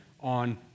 on